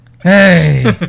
hey